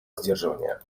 сдерживания